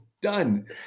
Done